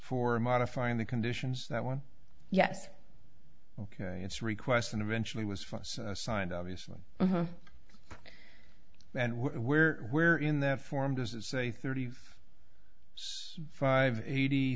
for modifying the conditions that one yes ok it's requested eventually was for signed obviously and where where in that form does it say thirty five eighty